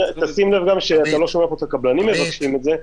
תשים לב שאתה גם לא שומע פה את הקבלנים מבקשים את זה.